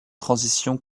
transition